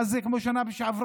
אז זה כמו בשנה שעברה.